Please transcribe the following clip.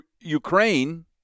Ukraine